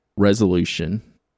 Resolution